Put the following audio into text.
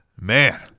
man